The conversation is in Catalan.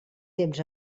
temps